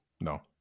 no